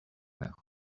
that